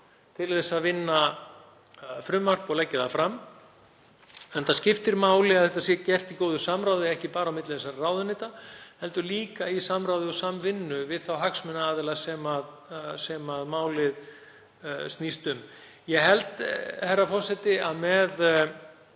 til að vinna frumvarp og leggja það fram, enda skiptir máli að þetta sé gert í góðu samráði, ekki bara á milli þessara ráðuneyta heldur líka í samráði og samvinnu við þá hagsmunaaðila sem málið snýst um. Herra forseti. Ég held